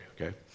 okay